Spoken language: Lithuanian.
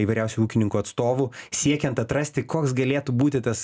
įvairiausių ūkininkų atstovų siekiant atrasti koks galėtų būti tas